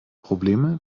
probleme